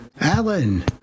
Alan